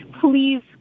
Please